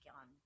on